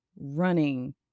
running